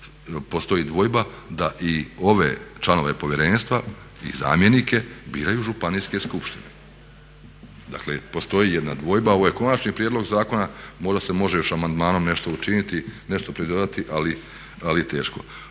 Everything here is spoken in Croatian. postoji dvojba da i ove članove povjerenstva i zamjenike biraju Županijske skupštine. Dakle postoji jedna dvojba, ovo je konačni prijedlog zakona, možda se može još amandmanom nešto učiniti, nešto pridodati ali teško.